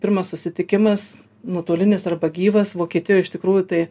pirmas susitikimas nuotolinis arba gyvas vokietijoj iš tikrųjų tai